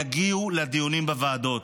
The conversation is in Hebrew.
יגיעו לדיונים בוועדות.